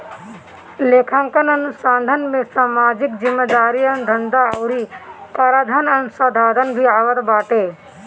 लेखांकन अनुसंधान में सामाजिक जिम्मेदारी अनुसन्धा अउरी कराधान अनुसंधान भी आवत बाटे